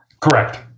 Correct